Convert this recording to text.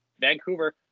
Vancouver